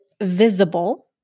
visible